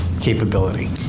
capability